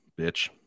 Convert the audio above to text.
bitch